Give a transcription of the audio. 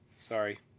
Sorry